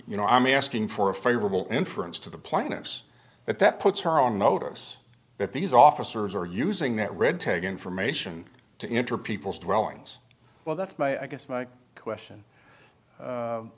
you know i'm asking for a favorable inference to the plaintiffs that that puts her on notice that these officers are using that red tag information to enter people's throwing well that's my i guess my question